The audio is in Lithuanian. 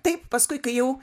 taip paskui kai jau